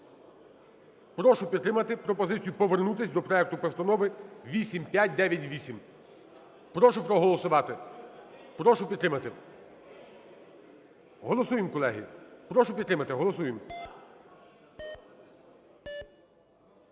прошу підтримати пропозицію повернутись до проекту постанови 8598. Прошу проголосувати. Прошу підтримати. Голосуємо, колеги. Прошу підтримати. Голосуємо.